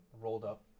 rolled-up